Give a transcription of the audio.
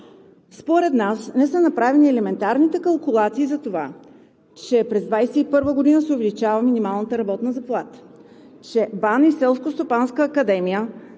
Според нас не са направени елементарните калкулации за това, че през 2021 г. се увеличава минималната работна заплата, че в БАН и